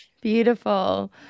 Beautiful